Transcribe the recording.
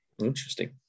Interesting